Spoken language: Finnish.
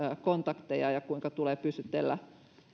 kontakteja ja kuinka tulee pysytellä